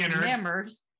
members